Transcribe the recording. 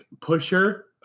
pusher